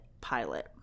pilot